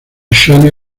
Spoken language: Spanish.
chanel